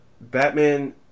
Batman